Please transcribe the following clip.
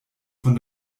von